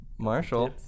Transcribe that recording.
Marshall